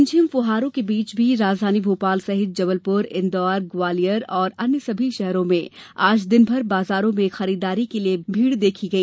रिमझिम फुहारों के बीच भी राजधानी भोपाल सहित जबलपुर इंदौर ग्वालियर तथा अन्य सभी शहरों में आज दिन भर बाजारों में खरीददारी के लिये भारी भीड़ रही